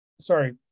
sorry